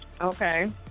Okay